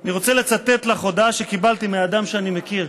אני רוצה לצטט לך הודעה שקיבלתי מאדם שאני מכיר,